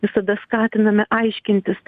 visada skatiname aiškintis